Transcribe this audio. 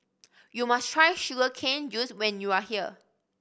you must try sugar cane juice when you are here